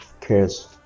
cares